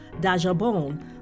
Dajabon